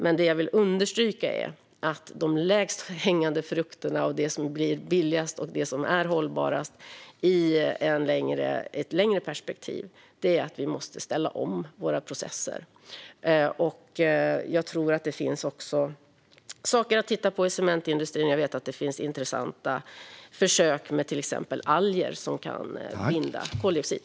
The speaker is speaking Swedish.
Men det jag vill understryka är att de lägst hängande frukterna när det gäller det som blir billigast och det som är mest hållbart i ett längre perspektiv är att vi måste ställa om våra processer. Jag tror att det finns saker att titta på i cementindustrin. Jag vet att det finns intressanta försök med till exempel alger som kan binda koldioxid.